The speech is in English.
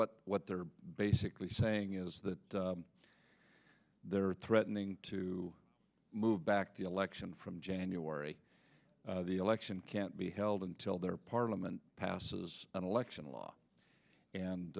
what what they're basically saying is that they're threatening to move back the election from january the election can't be held until their parliament passes an election law and